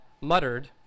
muttered